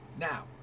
Now